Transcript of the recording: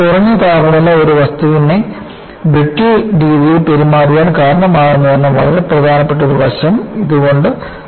കുറഞ്ഞ താപനില ഒരു വസ്തുവിനെ ബ്രിട്ടിൽ രീതിയിൽ പെരുമാറാൻ കാരണമാകുമെന്ന വളരെ പ്രധാനപ്പെട്ട ഒരു വശം ഇത് കൊണ്ടുവന്നു